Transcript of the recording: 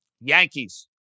Yankees